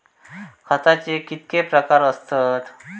खताचे कितके प्रकार असतत?